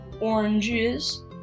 Oranges